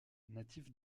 natif